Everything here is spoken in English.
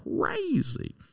crazy